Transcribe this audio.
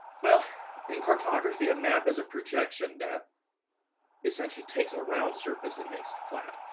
well, in cartography a map is a projection that essentially takes a round surface and makes it flat.